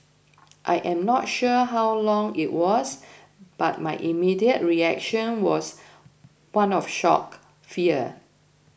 I am not sure how long it was but my immediate reaction was one of shock fear